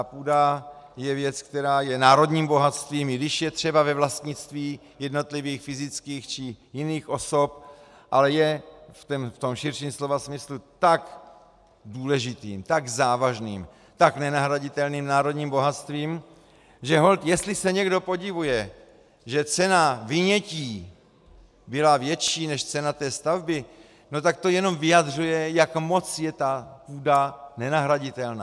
Půda je věc, která je národním bohatstvím, i když je třeba ve vlastnictví jednotlivých fyzických či jiných osob, ale je v širším slova smyslu tak důležitým, tak závažným, tak nenahraditelným národním bohatstvím, že holt jestli se někdo podivuje, že cena vynětí byla větší než cena té stavby, tak to jenom vyjadřuje, jak moc je ta půda nenahraditelná.